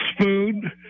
spoon